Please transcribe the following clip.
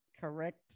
Correct